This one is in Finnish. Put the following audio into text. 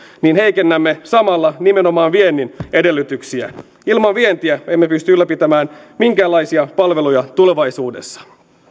heikennämme samalla nimenomaan viennin edellytyksiä ilman vientiä emme pysty ylläpitämään minkäänlaisia palveluja tulevaisuudessa